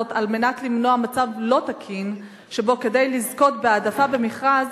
וזאת על מנת למנוע מצב לא תקין שבו כדי לזכות בהעדפה במכרז